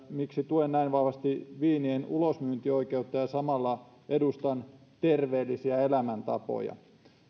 miksi tuen näin vahvasti viinien ulosmyyntioikeutta kun samalla edustan terveellisiä elämäntapoja